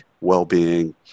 well-being